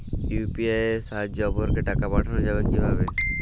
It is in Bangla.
ইউ.পি.আই এর সাহায্যে অপরকে টাকা পাঠানো যাবে কিভাবে?